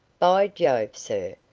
by jove, sir,